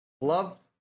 loved